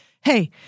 hey